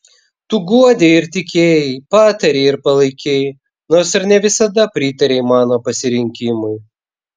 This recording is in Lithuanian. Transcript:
tu guodei ir tikėjai patarei ir palaikei nors ir ne visada pritarei mano pasirinkimui